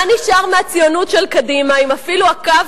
מה נשאר מהציונות של קדימה אם אפילו הקו